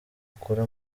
akura